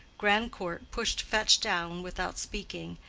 grandcourt pushed fetch down without speaking,